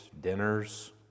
dinners